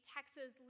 Texas